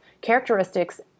characteristics